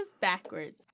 backwards